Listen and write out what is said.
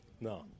No